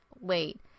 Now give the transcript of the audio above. wait